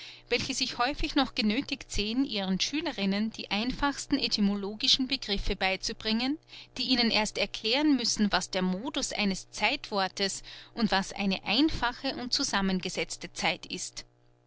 welche sich häufig noch genöthigt sehen ihren schülerinnen die einfachsten etymologischen begriffe beizubringen die ihnen erst erklären müssen was der modus eines zeitwortes und was eine einfache und zusammengesetzte zeit ist